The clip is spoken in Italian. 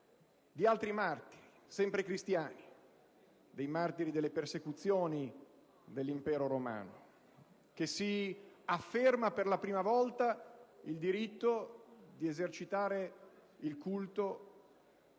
di martiri, sempre cristiani, dei martiri delle persecuzioni dell'Impero romano, che si afferma per la prima volta nella storia il diritto di esercitare il culto